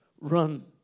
run